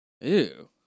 Ew